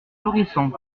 florissant